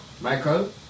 Michael